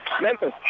Memphis